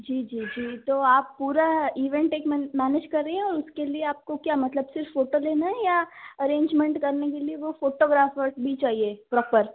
जी जी जी तो आप पूरा इवेंट एक मैनेज कर रही है और इसके लिए आपको क्या मतलब सिर्फ फोटो लेना है या अरेंजमेंट करने के लिए वो फोटोग्राफर्स भी चाहिए प्रॉपर